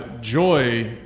joy